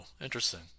interesting